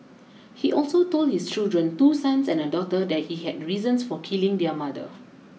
he also told his children two sons and a daughter that he had reasons for killing their mother